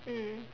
mm